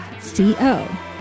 C-O